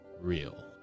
real